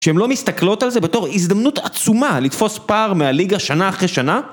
שהן לא מסתכלות על זה בתור הזדמנות עצומה לתפוס פער מהליגה שנה אחרי שנה?